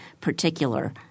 particular